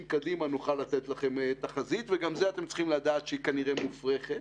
קדימה ניתן יהיה לתת תחזית וגם זה כנראה יהיה מופרך.